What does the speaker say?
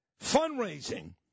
Fundraising